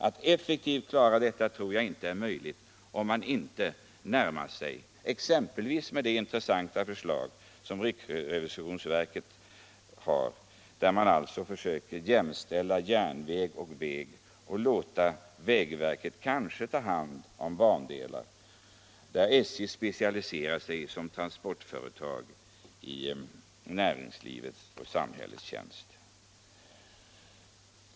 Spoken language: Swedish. Att effektivt klara detta tror jag inte är möjligt om man inte, som riksrevisionsverket föreslår, jämställer järnväg och landsväg och kanske låter vägverket ta hand om bandelar, där SJ specialiserar sig som transportföretag i näringslivets och samhällets tjänst.